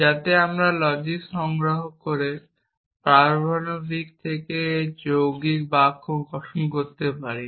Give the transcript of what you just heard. যাতে আমরা লজিক সংযোগ ব্যবহার করে পারমাণবিক থেকে যৌগিক বাক্য গঠন করতে পারি